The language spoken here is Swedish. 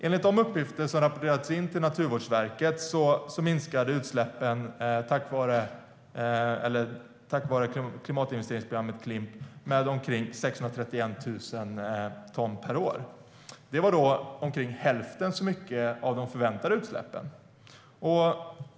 Enligt de uppgifter som rapporterats in till Naturvårdsverket minskade utsläppen tack vare klimatinvesteringsprogrammet Klimp med omkring 631 000 ton per år. Det var omkring hälften så mycket av de förväntade utsläppen.